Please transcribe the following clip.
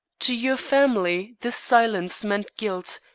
to your family this silence meant guilt,